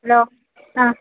hello ആ